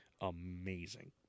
amazing